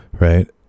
right